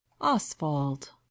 Oswald